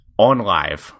OnLive